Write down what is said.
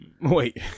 wait